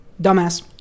Dumbass